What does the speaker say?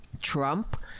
Trump